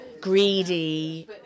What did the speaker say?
greedy